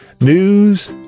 News